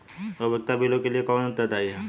उपयोगिता बिलों के लिए कौन उत्तरदायी है?